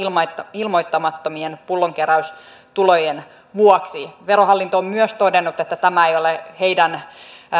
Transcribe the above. ilmoittamattomien pullonkeräystulojen vuoksi verohallinto on myös todennut että tämä ei ole heidän